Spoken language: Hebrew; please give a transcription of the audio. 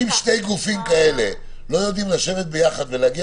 אם שני גופים כאלה לא יודעים לשבת יחד ולהגיע